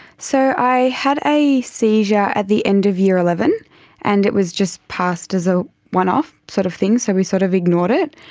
so i had a seizure at the end of year eleven and it was just passed as a one-off sort of thing, so we sort of ignored it.